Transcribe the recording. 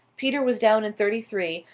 peter was down in thirty-three,